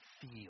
feel